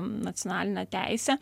nacionalinę teisę